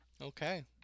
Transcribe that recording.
Okay